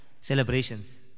celebrations